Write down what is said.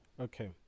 okay